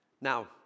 Now